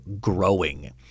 growing